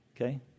Okay